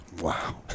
Wow